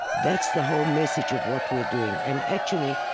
that's the whole message of what we are doing. and, actually,